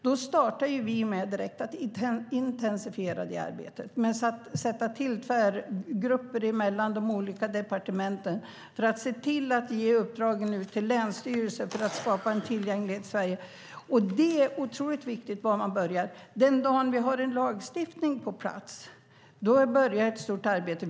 Då startade vi direkt med att intensifiera det arbetet genom att tillsätta tvärgrupper mellan de olika departementen för att se till att ge uppdragen till länsstyrelserna att skapa en tillgänglighet i Sverige. Det är otroligt viktigt var man börjar. Den dagen vi har en lagstiftning på plats börjar ett stort arbete.